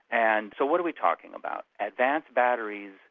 and so what are we talking about? advanced batteries,